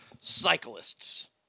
cyclists